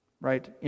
right